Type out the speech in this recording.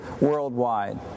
worldwide